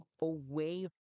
away